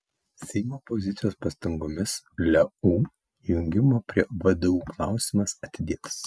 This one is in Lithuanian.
seimo opozicijos pastangomis leu jungimo prie vdu klausimas atidėtas